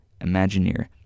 Imagineer